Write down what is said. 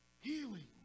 Healing